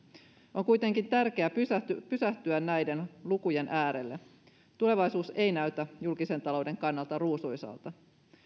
on kuitenkin tärkeää pysähtyä pysähtyä näiden lukujen äärelle tulevaisuus ei näytä julkisen talouden kannalta ruusuiselta